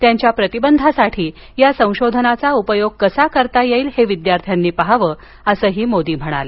त्याच्या प्रतिबंधासाठी या संशोधनाचा उपयोग कसा करता येईल हे विद्यार्थ्यांनी पहावं असही मोदी म्हणाले